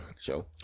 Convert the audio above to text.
show